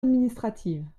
administrative